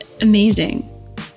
amazing